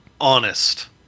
honest